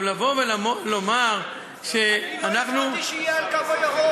לא הצעתי שיהיה הקו הירוק.